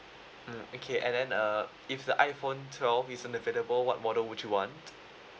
mm okay and then uh if the iphone twelve isn't available what model would you want